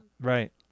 Right